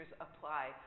apply